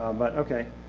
but okay.